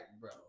bro